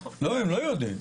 לא, הם לא יודעים.